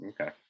okay